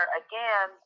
again